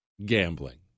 gambling